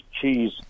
cheese